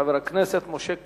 חבר הכנסת משה כחלון.